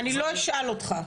אני לא אשאל אותך.